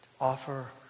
offer